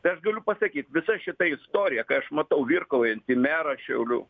tai aš galiu pasakyt visa šita istorija kai aš matau virkaujantį merą šiaulių